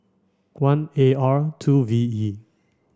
one A R two V E